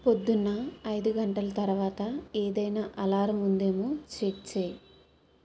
పొద్దున ఐదు గంటలు తరవాత ఏదైన అలారం ఉందేమో చెక్ చేయి